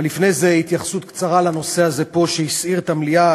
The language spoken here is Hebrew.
אבל לפני כן התייחסות קצרה לנושא הזה שהסעיר פה את המליאה.